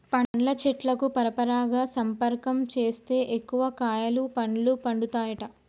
పండ్ల చెట్లకు పరపరాగ సంపర్కం చేస్తే ఎక్కువ కాయలు పండ్లు పండుతాయట